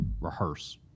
rehearse